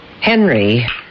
Henry